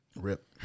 Rip